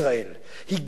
הגיע לה הכול,